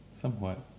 somewhat